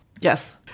Yes